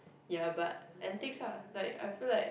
ya but antiques lah like I feel like